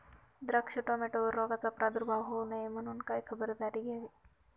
द्राक्ष, टोमॅटोवर रोगाचा प्रादुर्भाव होऊ नये म्हणून काय खबरदारी घ्यावी?